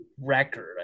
record